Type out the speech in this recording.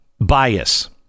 bias